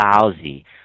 lousy